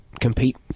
compete